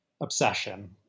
obsession